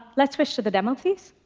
let's switch to the demo, please.